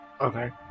Okay